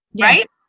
right